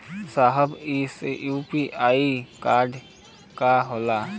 साहब इ UPI code का होला?